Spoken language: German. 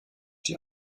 die